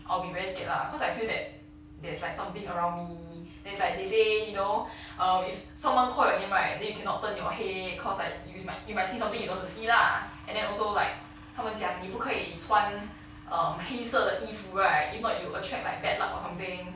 I'll be very scared lah cause I feel that there's like something around me then it's like they say you know um if someone call your name right then you cannot turn your head cause like if you might you might see something you don't want to see lah and then also like 他们讲你不可以穿 um 黑色的衣服 right if not you attract like bad luck or something